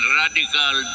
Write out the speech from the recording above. radical